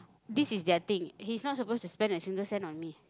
this is their thing he's not supposed to spend a single cent on me